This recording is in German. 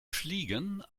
fliegen